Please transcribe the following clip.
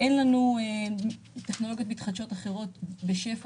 אין לנו טכנולוגיות מתחדשות אחרות בשפע,